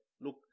look